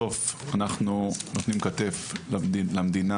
בסוף אנחנו נותנים כתף למדינה,